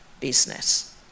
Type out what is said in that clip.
business